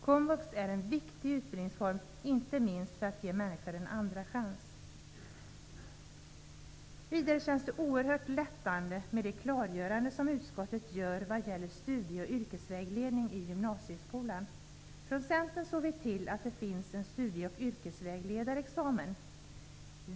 Komvux är en viktig utbildningsform, inte minst för att ge människor en andra chans. Vidare känns det oerhört lättande med det klargörande utskottet gör vad gäller studie och yrkesvägledning i gymnasieskolan. Från Centern såg vi till att det finns en studie och yrkesvägledarexamen.